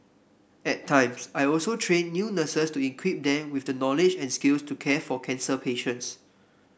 at times I also train new nurses to equip them with the knowledge and skills to care for cancer patients